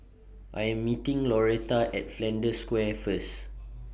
I Am meeting Loretta At Flanders Square First